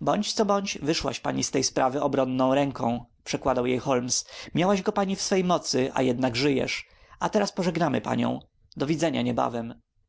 bądź co bądź wyszłaś pani z tej sprawy obronną ręką przekładał jej holmes miałaś go pani w swej mocy a jednak żyjesz a teraz pożegnamy panią dowidzenia niebawem